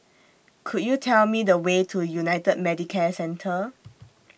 Could YOU Tell Me The Way to United Medicare Centre